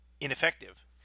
ineffective